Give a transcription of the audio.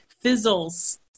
fizzles